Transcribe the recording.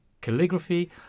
calligraphy